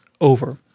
over